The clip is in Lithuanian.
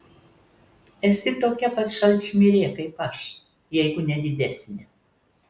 esi tokia pat šalčmirė kaip aš jeigu ne didesnė